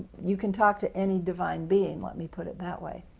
you can talk to any divine being, let me put it that way.